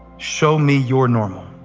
show me your normal.